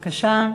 בבקשה.